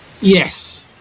Yes